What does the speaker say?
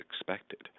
expected